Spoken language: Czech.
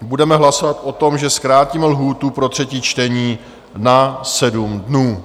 Budeme hlasovat o tom, že zkrátíme lhůtu pro třetí čtení na 7 dnů.